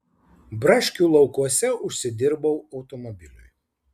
braškių laukuose užsidirbau automobiliui